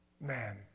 Man